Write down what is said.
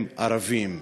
הם ערבים.